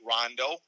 Rondo